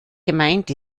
gemeint